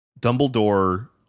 Dumbledore